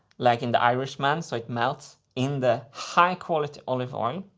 like in the irishman, so it melts in the high quality olive oil.